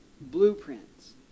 blueprints